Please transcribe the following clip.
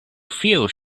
fears